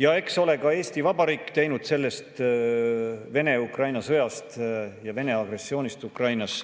Ja eks ole ka Eesti Vabariik teinud sellest Vene-Ukraina sõjast ja Vene agressioonist Ukrainas